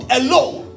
alone